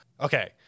okay